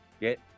get